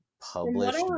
published